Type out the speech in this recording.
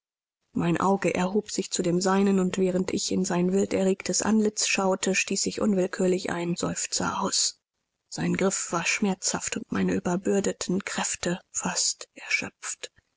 mein auge erhob sich zu dem seinen und während ich in sein wild erregtes antlitz schaute stieß ich unwillkürlich einen seufzer aus sein griff war schmerzhaft und meine überbürdeten kräfte fast erschöpft